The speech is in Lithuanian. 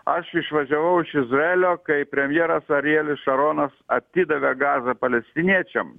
aš išvažiavau iš izraelio kai premjeras arielis šaronas atidavė gazą palestiniečiam